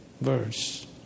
verse